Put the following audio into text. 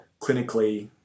clinically